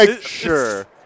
Sure